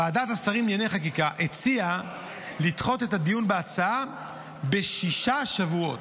ועדת השרים לענייני חקיקה הציעה לדחות את הדיון בהצעה בשישה שבועות,